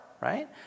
right